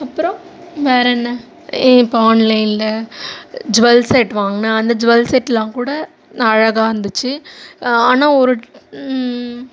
அப்புறம் வேறு என்ன இப்போ ஆன்லைனில் ஜுவெல் செட் வாங்கினேன் அந்த ஜுவெல் செட்டெல்லாம் கூட அழகாக இருந்துச்சு ஆனால் ஒரு